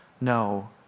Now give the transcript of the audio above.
no